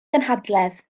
gynhadledd